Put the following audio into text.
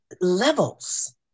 levels